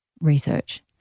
research